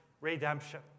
redemption